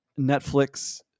Netflix